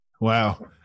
Wow